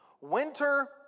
winter